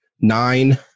nine